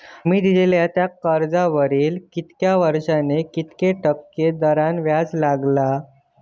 तुमि दिल्यात त्या कर्जावरती कितक्या वर्सानी कितक्या टक्के दराने व्याज लागतला?